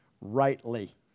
rightly